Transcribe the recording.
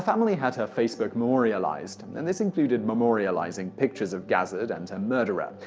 family had her facebook memorialized and this included memorializing pictures of gazzard and her murderer.